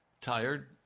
tired